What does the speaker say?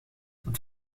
dat